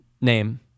name